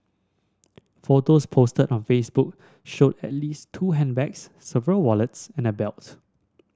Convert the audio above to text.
photos posted on Facebook showed at least two handbags several wallets and a belt